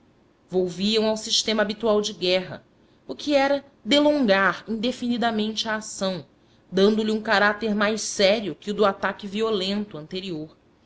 volviam ao sistema habitual de guerra o que era delongar indefinidamente a ação dando-lhe um caráter mais sério que o do ataque violento anterior